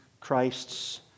Christ's